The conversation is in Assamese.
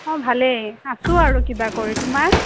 অঁ ভালেই আছোঁ আৰু কিবা কৰি তোমাৰ